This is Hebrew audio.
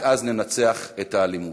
רק אז ננצח את האלימות.